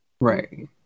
right